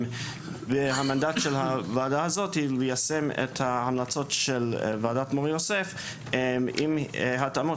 והמנדט של הועדה הזאת ליישם את ההמלצות של ועדת מור-יוסף עם התאמות